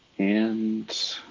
and